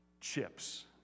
chips